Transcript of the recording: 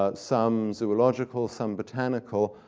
ah some zoological, some botanical,